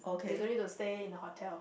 you don't need to stay in the hotel